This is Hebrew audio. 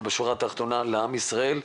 אבל בשורה התחתונה לעם ישראל,